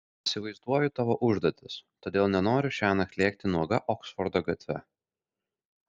įsivaizduoju tavo užduotis todėl nenoriu šiąnakt lėkti nuoga oksfordo gatve